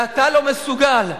ואתה לא מסוגל,